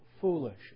foolish